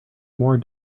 more